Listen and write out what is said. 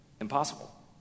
impossible